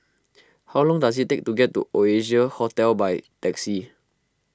how long does it take to get to Oasia Hotel by taxi